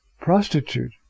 prostitute